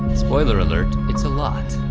spoiler alert it's a lot.